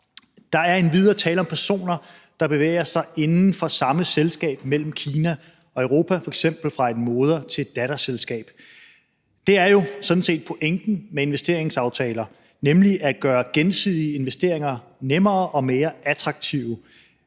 Der er endvidere tale om personer, der bevæger sig inden for samme selskab mellem Kina og Europa, f.eks. fra et moder- til et datterselskab. Det er jo sådan set pointen med investeringsaftaler, nemlig at gøre gensidige investeringer nemmere og mere attraktive,